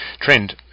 trend